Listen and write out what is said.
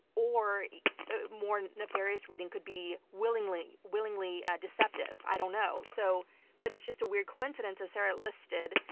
or a more nefarious reading could be willingly, willingly deceptive. i don't know, so but it's just a weird coincidence, as sarah listed,